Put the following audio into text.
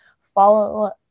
follow